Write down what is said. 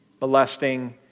molesting